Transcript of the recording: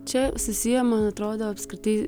čia susiję man atrodo apskritai